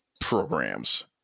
programs